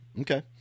Okay